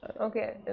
Okay